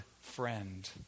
friend